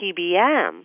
PBM